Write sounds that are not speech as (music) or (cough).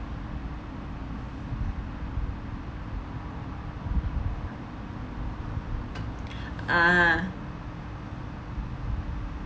(breath) ah